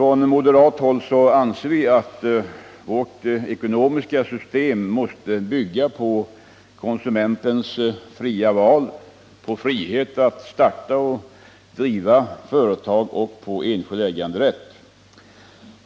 Vi moderater anser att vårt ekonomiska system måste bygga på konsumentens fria val, på frihet att starta och driva företag och på enskild äganderätt.